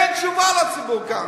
תן תשובה לציבור כאן.